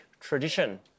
tradition